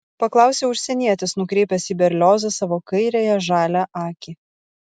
paklausė užsienietis nukreipęs į berliozą savo kairiąją žalią akį